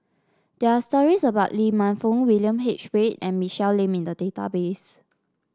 there are stories about Lee Man Fong William H Read and Michelle Lim in the database